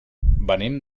venim